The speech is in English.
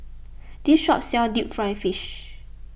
this shop sells Deep Fried Fish